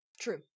true